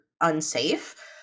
unsafe